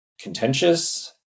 contentious